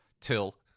till